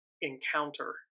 encounter